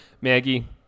Maggie